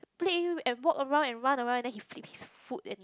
play and walk around and run around and then he flip his food and he